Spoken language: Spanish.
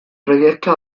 proyecto